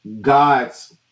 God's